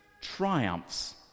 triumphs